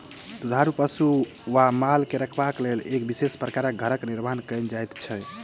दुधारू पशु वा माल के रखबाक लेल एक विशेष प्रकारक घरक निर्माण कयल जाइत छै